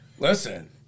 Listen